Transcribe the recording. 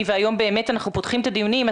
והיום באמת אנחנו פותחים את הדיונים,